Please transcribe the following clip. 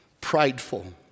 prideful